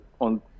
on